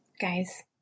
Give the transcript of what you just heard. Guys